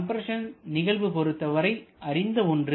compression நிகழ்வு பொருத்தவரை அறிந்த ஒன்று